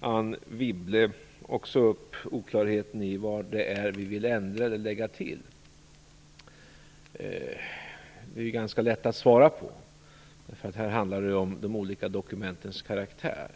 Anne Wibble tar också upp oklarheten i vad vi vill ändra eller lägga till. Det är ganska lätt att svara. Här handlar det om de olika dokumentens karaktär.